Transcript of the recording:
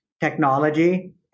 technology